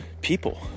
people